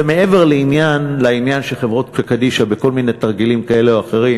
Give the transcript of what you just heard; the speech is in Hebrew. זה מעבר לעניין שחברות קדישא בכל מיני תרגילים כאלה ואחרים